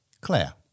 Claire